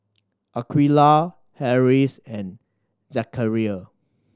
Aqeelah Harris and Zakaria